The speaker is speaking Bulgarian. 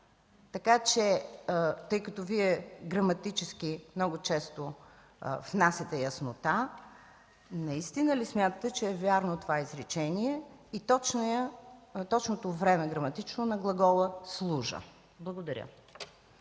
Така че, тъй като Вие граматически много често внасяте яснота, наистина ли смятате, че е вярно това изречение и точното граматично време на глагола „служа”? Благодаря.